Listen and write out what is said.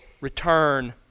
Return